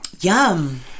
Yum